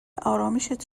آرامِشت